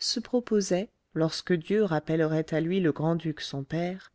se proposait lorsque dieu rappellerait à lui le grand-duc son père